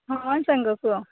ହଁ ସାଙ୍ଗ କୁହ